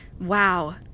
Wow